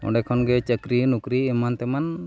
ᱚᱸᱰᱮ ᱠᱷᱚᱱᱜᱮ ᱪᱟᱹᱠᱨᱤ ᱱᱚᱠᱨᱤ ᱮᱢᱟᱱ ᱛᱮᱢᱟᱱ